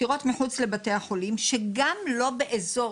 פטירות מחוץ לבתי החולים שגם לא באזור